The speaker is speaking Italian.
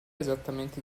esattamente